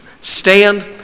Stand